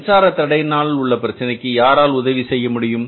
மின்சார தடையினால் உள்ள பிரச்சனைக்கு யாரால் உதவி செய்ய முடியும்